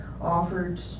offered